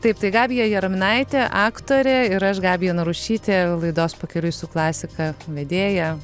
taip tai gabija jaraminaitė aktorė ir aš gabija narušytė laidos pakeliui su klasika vedėja